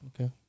Okay